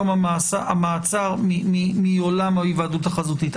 תום המאסר מעולם ההיוועדות החזותית.